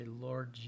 Lord